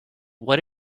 what